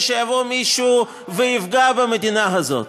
ושיבוא מישהו ויפגע במדינה הזאת.